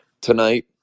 Tonight